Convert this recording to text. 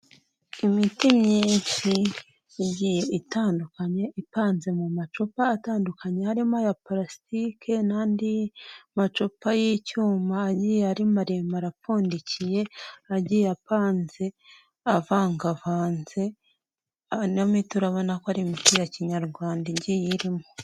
Imiti myinshi igiye itandukanye ipanze mu macupa atandukanye harimo aya palasitike n'andi macupa y'icyuma ari maremare apfundikiye agiye apanze avangavanze, ino miti urabona ko ari imiti ya kinyarwanda igiye irimo.